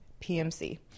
PMC